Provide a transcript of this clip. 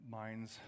minds